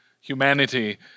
humanity